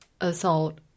assault